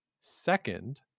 second